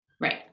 Right